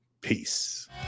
Peace